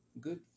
good